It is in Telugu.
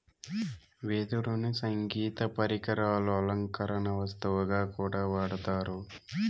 వెదురును సంగీత పరికరాలు, అలంకరణ వస్తువుగా కూడా వాడతారు